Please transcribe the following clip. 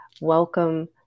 welcome